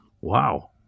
Wow